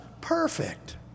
perfect